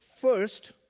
First